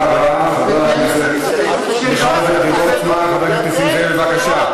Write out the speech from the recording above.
תודה רבה לחבר הכנסת אבי וורצמן.